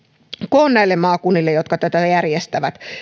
koon maakunnille jotka tätä järjestävät